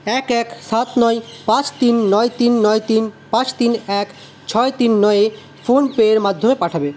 এক এক সাত নয় পাঁচ তিন নয় তিন নয় তিন পাঁচ তিন এক ছয় তিন নয়ে ফোনপে এর মাধ্যমে পাঠাবে